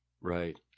Right